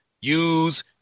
use